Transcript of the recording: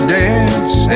dance